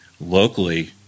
locally